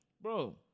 Bro